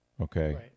okay